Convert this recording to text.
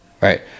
right